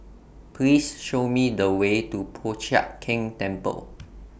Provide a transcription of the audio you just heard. Please Show Me The Way to Po Chiak Keng Temple